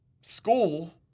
school